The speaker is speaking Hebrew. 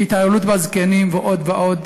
התעללות בזקנים ועוד ועוד.